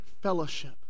fellowship